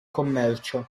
commercio